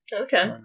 Okay